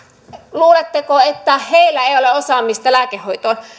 luuletteko että heillä ei ole osaamista lääkehoitoon